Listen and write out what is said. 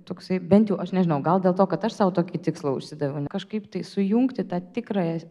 toksai bent jau aš nežinau gal dėl to kad aš sau tokį tikslą užsidaviau kažkaip tai sujungti tą tikrąją